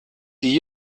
die